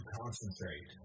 concentrate